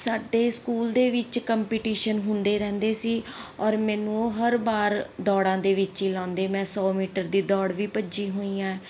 ਸਾਡੇ ਸਕੂਲ ਦੇ ਵਿੱਚ ਕੰਪੀਟੀਸ਼ਨ ਹੁੰਦੇ ਰਹਿੰਦੇ ਸੀ ਔਰ ਮੈਨੂੰ ਉਹ ਹਰ ਵਾਰ ਦੌੜਾਂ ਦੇ ਵਿੱਚ ਹੀ ਲਾਉਂਦੇ ਮੈਂ ਸੌ ਮੀਟਰ ਦੀ ਦੌੜ ਵੀ ਭੱਜੀ ਹੋਈ ਹਾਂ